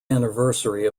anniversary